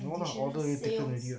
no lah order already taken already [what]